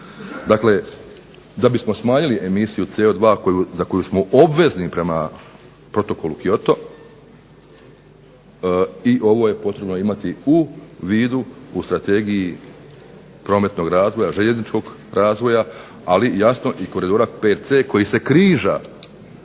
Dakle, da bi smo smanjili emisiju CO2 za koju smo obvezni prema Protokolu Kyoto i ovo je potrebno imati u vidu u Strategiji željezničkog razvoja ali jasno i Koridora 5C koji se križa